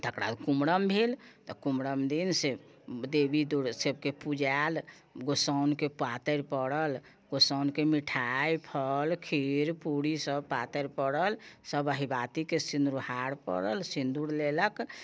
तेकर बाद कुम्हरम भेल तऽ कुम्हरम दिन से देवी सभकेँ पुजाएल गोसाउनिके पातरि पड़ल गोसाउनिके मिठाइ फल खीर पूरी सभ पातरि पड़ल सभ अहिबातीके सिंदूहार पड़ल सिंदूर लेलक